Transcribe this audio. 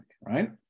right